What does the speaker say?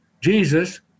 Jesus